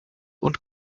und